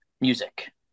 music